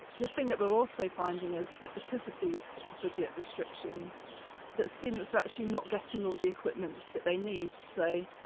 the thing that we're also finding is that because of these budget restrictions that students are actually not getting all the equipment that they need. so,